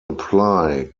apply